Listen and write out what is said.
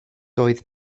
doedd